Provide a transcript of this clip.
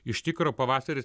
iš tikro pavasaris